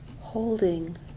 holding